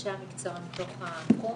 אנשי המקצוע בתחום.